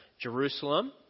Jerusalem